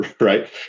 right